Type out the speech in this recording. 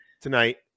tonight